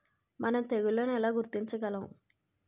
మనం తెగుళ్లను ఎలా గుర్తించగలం?